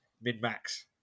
Mid-max